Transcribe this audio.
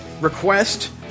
request